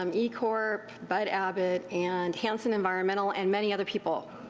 um ecorp, bud abbot, and hansen environmental and many other people.